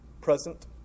present